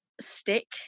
stick